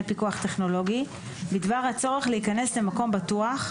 פיקוח טכנולוגי בדבר הצורך להיכנס למקום בטוח,